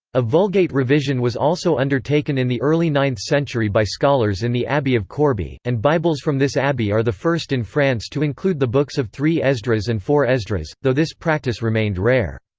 a vulgate revision was also undertaken in the early ninth century by scholars in the abbey of corbie, and bibles from this abbey are the first in france to include the books of three esdras and four esdras, though this practice remained rare.